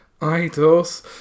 Idols